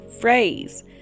phrase